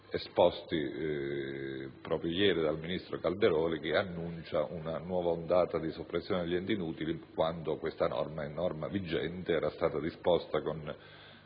esposti proprio ieri dal ministro Calderoli, che annuncia una nuova ondata di soppressione di enti inutili quando la norma, che è norma vigente, era stata disposta con